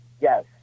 Yes